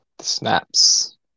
Snaps